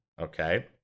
Okay